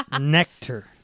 Nectar